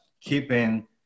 keeping